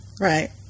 Right